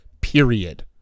Period